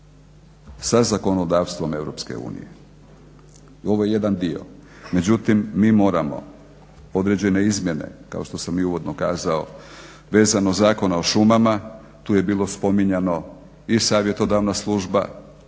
sa zakonodavstvom EU, i ovo je jedan dio. Međutim, mi moramo određene izmjene, kao što sam i uvodno kazao vezano Zakona o šumama, tu je bilo spominjano i savjetodavna služba